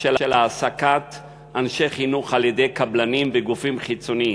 של העסקת אנשי חינוך על-ידי קבלנים בגופים חיצוניים,